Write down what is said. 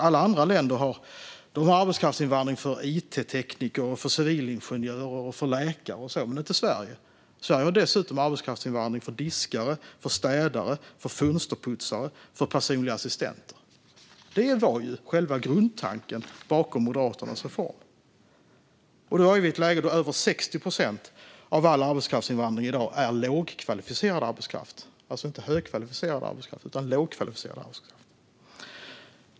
Alla andra länder har arbetskraftsinvandring för till exempel it-tekniker, civilingenjörer och läkare, men inte Sverige, utan Sverige har dessutom arbetskraftsinvandring för diskare, städare, fönsterputsare och personliga assistenter. Det var själva grundtanken bakom Moderaternas reform. I dag har vi ett läge då över 60 procent av all arbetskraftsinvandring är lågkvalificerad arbetskraft - alltså inte högkvalificerad arbetskraft utan lågkvalificerad sådan.